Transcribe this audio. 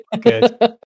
Good